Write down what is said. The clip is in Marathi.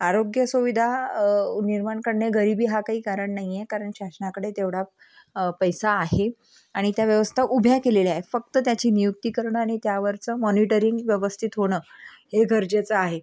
आरोग्य सुविधा निर्माण करणे गरीबी हा काही कारण नाही आहे कारण शासनाकडे तेवढा पैसा आहे आणि त्या व्यवस्था उभ्या केलेल्या आहेत फक्त त्याची नियुक्ती करणं आणि त्यावरचं मॉनिटरिंग व्यवस्थित होणं हे गरजेचं आहे